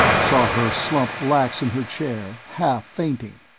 saw her slump lax in her chair, half fainting.